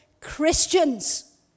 Christians